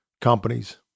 companies